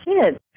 kids